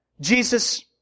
Jesus